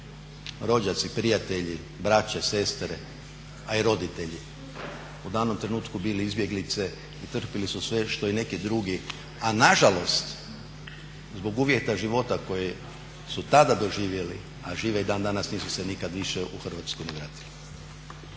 rođaci, prijatelji, braća, sestre a i roditelji u danom trenutku bili izbjeglice i trpili su sve što i neki drugi. A nažalost zbog uvjeta života koje su tada doživjeli, a žive i dan danas nisu se nikad više u Hrvatsku ni vratili.